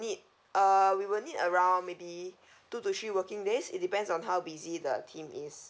need uh we will need around maybe two to three working days it depends on how busy the team is